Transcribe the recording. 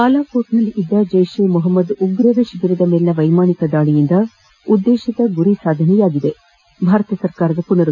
ಬಾಲಾಕೋಟ್ನಲ್ಲಿದ್ದ ಜೈಷೆ ಮುಪಮ್ಮದ್ ಉಗ್ರರ ಶಿಬಿರದ ಮೇಲಿನ ವೈಮಾನಿಕ ದಾಳಿಯಿಂದ ಉದ್ಲೇಶಿತ ಗುರಿ ಸಾಧನೆಯಾಗಿದೆ ಎಂದು ಭಾರತ ಸರ್ಕಾರದ ಮನರುಚ್ಚಾರ